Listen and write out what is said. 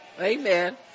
Amen